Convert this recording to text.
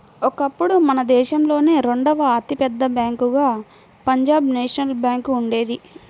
ఒకప్పుడు మన దేశంలోనే రెండవ అతి పెద్ద బ్యేంకుగా పంజాబ్ నేషనల్ బ్యేంకు ఉండేది